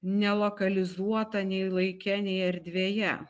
nelokalizuota nei laike nei erdvėje